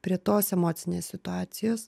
prie tos emocinės situacijos